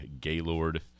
Gaylord